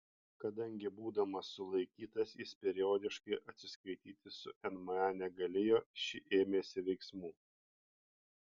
kadangi būdamas sulaikytas jis periodiškai atsiskaityti su nma negalėjo ši ėmėsi veiksmų